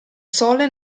sole